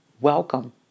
Welcome